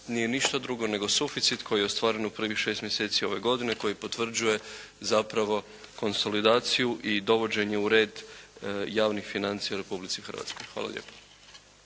nije ništa drugo nego suficit koji je ostvaren u prvih šest mjeseci ove godine koji potvrđuje zapravo konsolidaciju i dovođenje u red javnih financija Republici Hrvatskoj. Hvala lijepo.